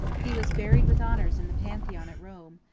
he was buried with honors in the pantheon at rome,